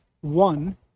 One